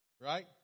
Right